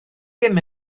ddim